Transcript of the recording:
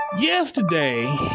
yesterday